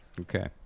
okay